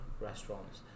restaurants